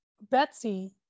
Betsy